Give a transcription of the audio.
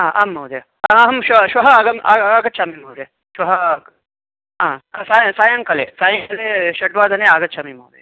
ह आम् महोदय अहं श्व श्वः आगम् आगच्छामि महोदय श्वः ह साय सायङ्काले सायङ्काले षड्वादने आगच्छामि महोदय